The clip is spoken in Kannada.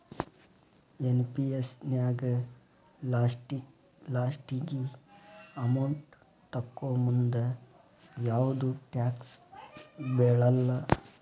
ಎನ್.ಪಿ.ಎಸ್ ನ್ಯಾಗ ಲಾಸ್ಟಿಗಿ ಅಮೌಂಟ್ ತೊಕ್ಕೋಮುಂದ ಯಾವ್ದು ಟ್ಯಾಕ್ಸ್ ಬೇಳಲ್ಲ